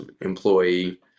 employee